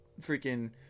freaking